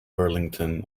burlington